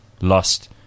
lost